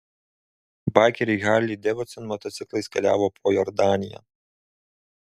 baikeriai harley davidson motociklais keliavo po jordaniją